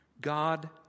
God